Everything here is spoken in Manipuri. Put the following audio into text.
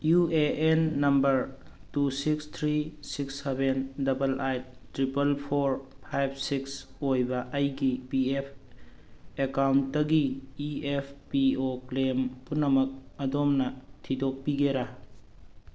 U A N number two six three six seven double eight triple four five six ꯑꯣꯏꯕ ꯑꯩꯒꯤ ꯄꯤ ꯑꯦꯐ ꯑꯦꯀꯥꯎꯟꯇꯒꯤ E F P O claim ꯄꯨꯝꯅꯃꯛ ꯑꯗꯣꯝꯅ ꯊꯤꯗꯣꯛꯄꯤꯒꯦꯔꯥ